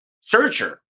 searcher